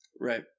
Right